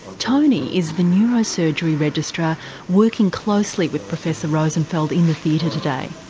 tony is the neurosurgery registrar working closely with professor rosenfeld in the theatre today.